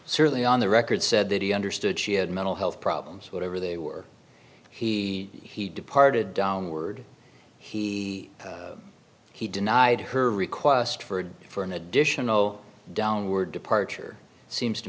certainly on the record said that he understood she had mental health problems whatever they were he he departed the word he he denied her request for a for an additional downward departure seems to